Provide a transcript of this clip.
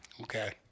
Okay